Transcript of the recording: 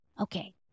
okay